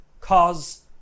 cause